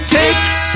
takes